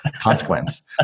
consequence